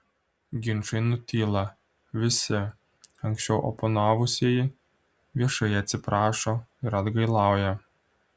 ginčai nutyla visi anksčiau oponavusieji viešai atsiprašo ir atgailauja